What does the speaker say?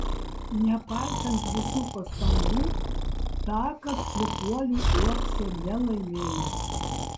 nepaisant visų pastangų tąkart klykuolė uokso nelaimėjo